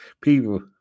People